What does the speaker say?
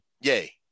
yay